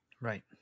Right